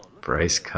Bryce